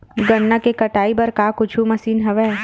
गन्ना के कटाई बर का कुछु मशीन हवय?